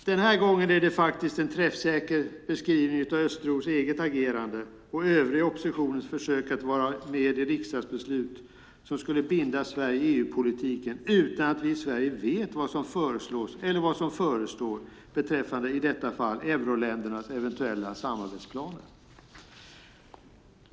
Den här gången är det faktiskt en träffsäker beskrivning av Östros eget agerande och den övriga oppositionens försök att vara med i riksdagsbeslut som skulle binda Sverige i EU-politiken, utan att vi i Sverige vet vad som föreslås eller vad som förestår beträffande i detta fall euroländernas eventuella samarbetsplaner.